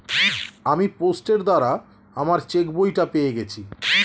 আমি পোস্টের দ্বারা আমার চেকবইটা পেয়ে গেছি